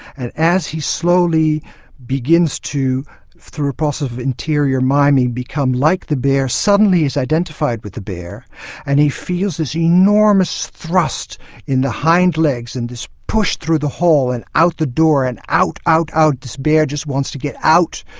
and as he slowly begins to through a process of interior miming become like the bear, suddenly he's identified with the bear and he feels this enormous thrust in the hindlegs and is pushed through the hall and out the door and out, out, out, this bear just wants to get out.